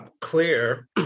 clear